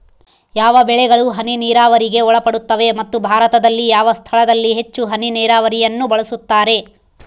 ಯಾವ ಬೆಳೆಗಳು ಹನಿ ನೇರಾವರಿಗೆ ಒಳಪಡುತ್ತವೆ ಮತ್ತು ಭಾರತದಲ್ಲಿ ಯಾವ ಸ್ಥಳದಲ್ಲಿ ಹೆಚ್ಚು ಹನಿ ನೇರಾವರಿಯನ್ನು ಬಳಸುತ್ತಾರೆ?